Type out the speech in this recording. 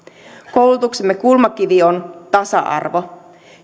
koulutuksemme kulmakivi on tasa arvo